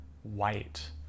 white